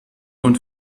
und